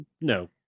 no